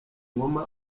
ngoma